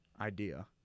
Idea